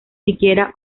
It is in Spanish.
siquiera